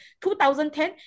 2010